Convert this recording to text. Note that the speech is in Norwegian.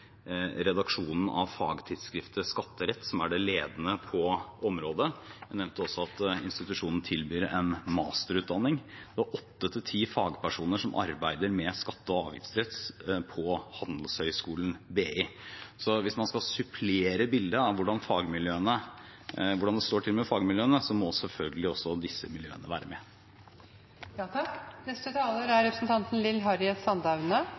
redaksjonen av fagtidsskriftet Skatterett, som er det ledende på området. Jeg nevnte også at institusjonen tilbyr en masterutdanning. Det er åtte–ti fagpersoner som arbeider med skatte- og avgiftsrett på Handelshøyskolen BI. Så hvis man skal supplere bildet av hvordan det står til med fagmiljøene, må selvfølgelig også disse miljøene være